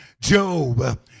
Job